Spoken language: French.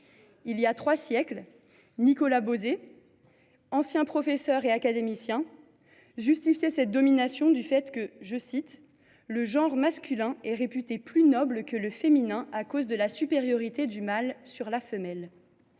Voilà trois siècles, Nicolas Beauzée, ancien professeur et académicien, justifiait ainsi cette domination :« Le genre masculin est réputé plus noble que le féminin à cause de la supériorité du mâle sur la femelle.